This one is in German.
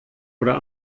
oder